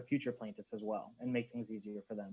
future plaintiffs as well and make things easier for them